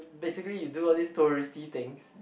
basically you do all this touristy thing